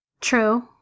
true